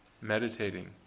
meditating